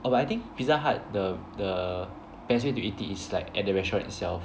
uh but I think Pizza Hut the the best way to eat it is like at the restaurant itself